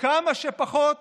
כמה שפחות